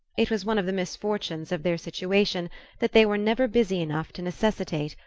it was one of the misfortunes of their situation that they were never busy enough to necessitate,